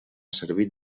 servit